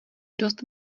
dost